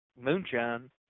moonshine